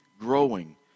growing